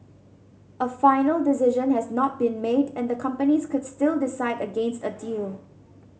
a final decision has not been made and the companies could still decide against a deal